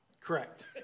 Correct